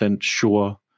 sure